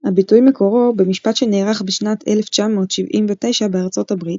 הביטוי מקורו במשפט שנערך בשנת 1979 בארצות הברית,